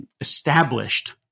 Established